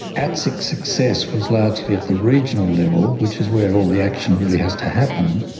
atsic's success was largely at the regional level, which is where all the action really has to happen,